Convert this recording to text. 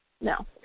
No